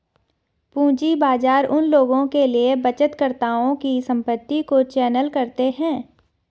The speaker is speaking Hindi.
पूंजी बाजार उन लोगों के लिए बचतकर्ताओं की संपत्ति को चैनल करते हैं